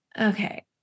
okay